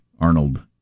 Arnold